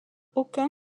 aucun